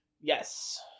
Yes